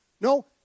No